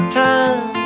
time